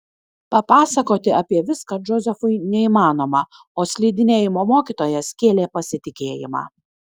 papasakoti apie viską džozefui neįmanoma o slidinėjimo mokytojas kėlė pasitikėjimą